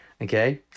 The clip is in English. okay